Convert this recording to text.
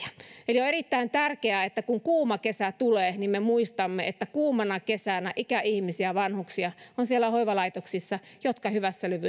on erittäin tärkeää että kun kuuma kesä tulee niin me muistamme että kuumana kesänä ikäihmisiä vanhuksia on siellä hoivalaitoksissa ja he hyvässä lykyssä